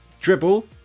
Dribble